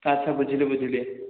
ଆଚ୍ଛା ବୁଝିଲି ବୁଝିଲି